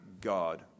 God